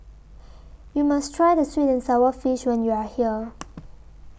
YOU must Try The Sweet and Sour Fish when YOU Are here